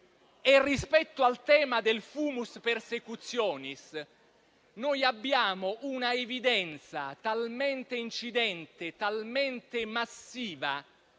E, rispetto al tema del *fumus persecutionis,* noi abbiamo un'evidenza talmente incidente e massiva